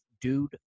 Dude